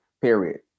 period